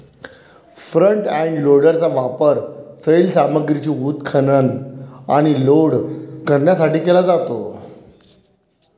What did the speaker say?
front end लोडरचा वापर सैल सामग्रीचे उत्खनन आणि लोड करण्यासाठी केला जातो